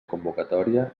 convocatòria